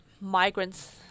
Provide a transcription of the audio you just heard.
migrants